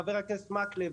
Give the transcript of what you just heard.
חבר הכנסת מקלב,